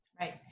Right